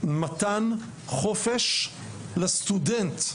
במתן חופש לסטודנט,